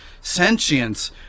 sentience